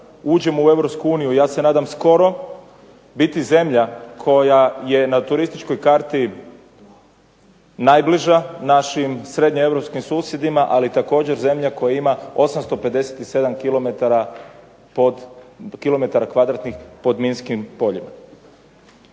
uđemo u Europsku uniju, ja se nadam skoro, biti zemlja koja je na turističkoj karti najbliža našim srednjeeuropskim susjedima ali također zemlja koja ima 857 kilometara kvadratnih pod minskim poljima.